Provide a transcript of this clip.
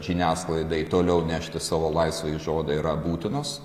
žiniasklaidai toliau nešti savo laisvąjį žodį yra būtinos